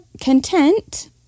content